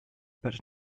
but